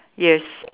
yes